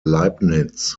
leibniz